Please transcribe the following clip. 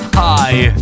high